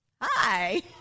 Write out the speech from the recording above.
Hi